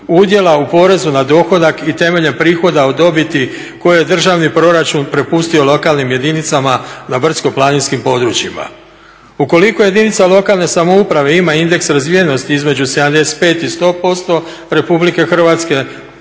udjela u porezu na dohodak i temeljem prihoda od dobiti koje je državni proračun prepustio lokalnim jedinicama na brdsko-planinskim područjima. Ukoliko jedinica lokalne samouprave ima indeks razvijenosti između 75 i 100% Republike Hrvatske,